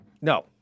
no